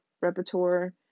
repertoire